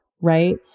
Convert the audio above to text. right